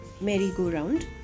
merry-go-round